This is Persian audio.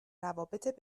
روابط